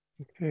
Okay